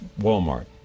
Walmart